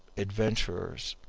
adventurers,